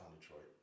Detroit